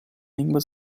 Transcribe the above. lingua